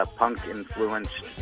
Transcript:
punk-influenced